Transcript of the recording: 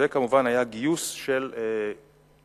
וכמובן היה גיוס של סקטורים